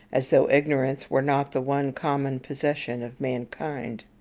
as though ignorance were not the one common possession of mankind.